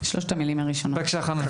בבקשה, חנן.